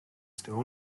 still